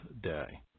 day